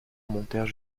montèrent